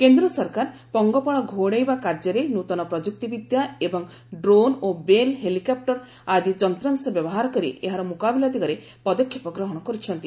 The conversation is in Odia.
କେନ୍ଦ୍ର ସରକାର ପଙ୍ଗପାଳ ଘଉଡାଇବା କାର୍ଯ୍ୟରେ ନୂତନ ପ୍ରଯୁକ୍ତିବିଦ୍ୟା ଏବଂ ଡ୍ରୋନ୍ ଓ ବେଲ୍ ହେଲିକପୁର ଆଦି ଯନ୍ତ୍ରାଂଶ ବ୍ୟବହାର କରି ଏହାର ମୁକାବିଲା ଦିଗରେ ପଦକ୍ଷେପ ଗ୍ରହଣ କରୁଛନ୍ତି